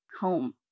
home